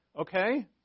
Okay